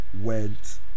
went